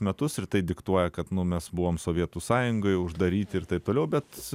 metus ir tai diktuoja kad mes buvome sovietų sąjungoj uždaryti ir taip toliau bet